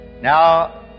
Now